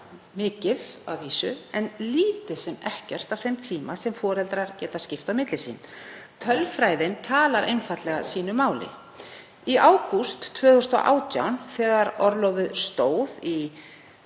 mikið að vísu, en lítið sem ekkert af þeim tíma sem foreldrar geta skipt á milli sín. Tölfræðin talar einfaldlega sínu máli. Í ágúst 2018 stóð orlofið í